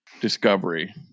Discovery